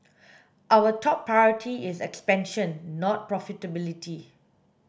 our top priority is expansion not profitability